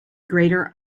greater